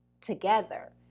together